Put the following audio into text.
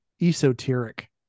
Esoteric